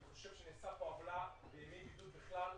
אני חושב שנעשתה פה עוולה בימי בידוד בכלל,